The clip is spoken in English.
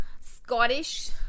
Scottish